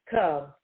Come